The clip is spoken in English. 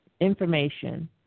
information